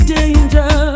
danger